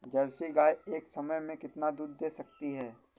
Jersey गाय एक समय में कितना दूध दे सकती है?